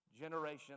generation